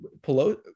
Pelosi